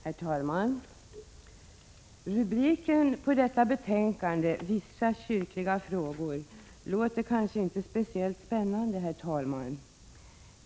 Herr talman! Rubriken på detta betänkande, Vissa kyrkliga frågor, låter kanske inte speciellt spännande.